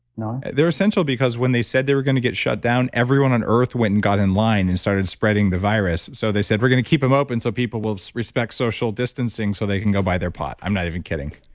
no they're essential because when they said they were going to get shut down, everyone on earth went and got in line and started spreading the virus, so they said, we're going to keep them open so people will respect social distancing so they can go buy their pot. i'm not even kidding